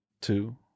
two